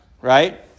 right